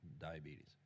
diabetes